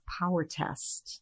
PowerTest